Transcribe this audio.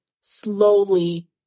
slowly